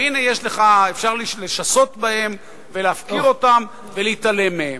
והנה, אפשר לשסות בהם ולהפקיר אותם ולהתעלם מהם.